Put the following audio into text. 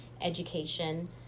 education